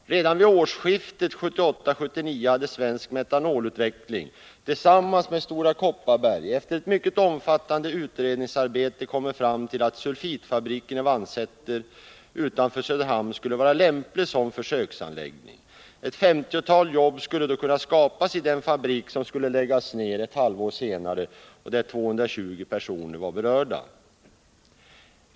Redan vid årsskiftet 1978-1979 hade Svensk Metanolutveckling tillsammans med Stora Kopparberg efter ett mycket omfattande utredningsarbete kommit fram till att sulfitfabriken i Vannsäter utanför Söderhamn skulle vara lämplig som försöksanläggning. Ett 50-tal jobb skulle då kunna skapas i den fabrik som skulle läggas ned ett halvår senare och där 220 personer var berörda.